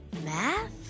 math